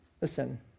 Listen